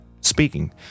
speaking